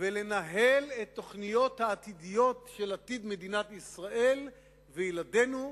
ולנהל את התוכניות העתידיות של מדינת ישראל וילדינו,